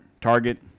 Target